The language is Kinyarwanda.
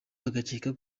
bagakeka